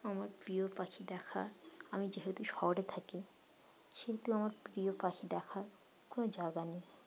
আমার প্রিয় পাখি দেখার আমি যেহেতু শহরে থাকি সেহেতু আমার প্রিয় পাখি দেখার কোনো জায়গা নেই